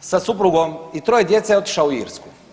sa suprugom i troje djece otišao u Irsku.